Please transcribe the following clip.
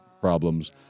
Problems